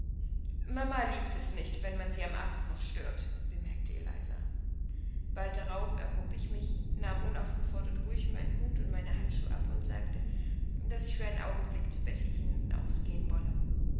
mama liebt es nicht wenn man sie am abend noch stört bemerkte eliza bald darauf erhob ich mich nahm unaufgefordert ruhig meinen hut und meine handschuhe ab und sagte daß ich für einen augenblick zu bessie hinausgehen wolle